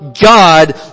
God